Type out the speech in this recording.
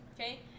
okay